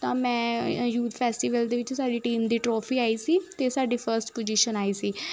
ਤਾਂ ਮੈਂ youth festival ਦੇ ਵਿੱਚ ਸਾਡੀ ਟੀਮ ਦੀ ਟਰੋਫੀ ਆਈ ਸੀ ਅਤੇ ਸਾਡੀ ਫਸਟ ਪੁਜ਼ੀਸ਼ਨ ਆਈ ਸੀ